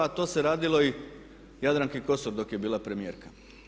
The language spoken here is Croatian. A to se radilo i Jadranki Kosor dok je bila premijerka.